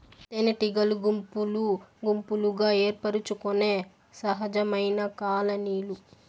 తేనెటీగలు గుంపులు గుంపులుగా ఏర్పరచుకొనే సహజమైన కాలనీలు